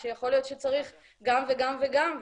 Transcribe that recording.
שיכול להיות שצריך גם וגם וגם,